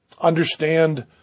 understand